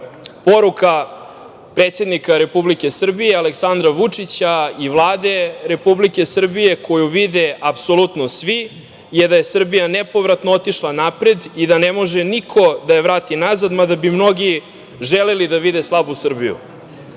predsednika Republike Srbije, Aleksandra Vučića i Vlade Republike Srbije koju vide apsolutno svi je da je Srbija nepovratno otišla napred i da ne može niko da je vrati nazad, mada bi mnogi želeli da vide slabu